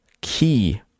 key